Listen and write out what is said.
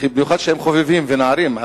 במיוחד כשהם חובבים ונערים,